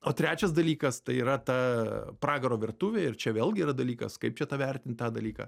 o trečias dalykas tai yra ta pragaro virtuvė ir čia vėlgi yra dalykas kaip čia tą vertint tą dalyką